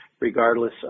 regardless